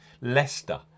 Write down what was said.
Leicester